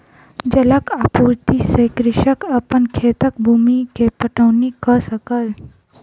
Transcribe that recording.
जलक आपूर्ति से कृषक अपन खेतक भूमि के पटौनी कअ सकल